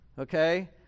Okay